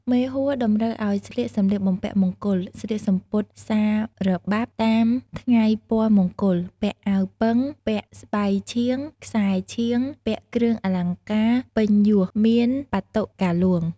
មេហួរ តម្រូវឱ្យស្លៀកសម្លៀកបំពាក់មង្គល ស្លៀកសំពត់សារបាប់តាមថ្ងៃពណ៌មង្គល ពាក់អាវពឹង ពាក់ស្បៃឆៀង ខ្សែរឆៀង ពាក់គ្រឿងអលង្ការពេញយស មានបាតុកាហ្លួង។